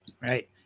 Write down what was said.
right